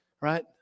right